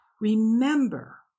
remember